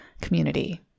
community